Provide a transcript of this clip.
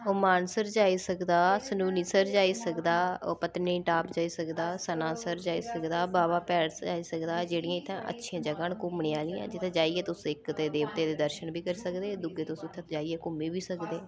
ओह् मानसर जाई सकदा सनूनीसर जाई सकदा ओह् पत्नीटाप जाई सकदा सनासर जाई सकदा बाबा भैड़ जाई सकदा जेह्ड़ियां इत्थै अच्छियां जगह् न घूमने आह्लियां जित्थे जाइयै तुस इक ते देवते दे दर्शन बी करी सकदे दुए तुस उत्थै जाइयै घूमी बी सकदे